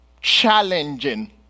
challenging